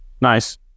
Nice